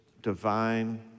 divine